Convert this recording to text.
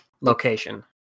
location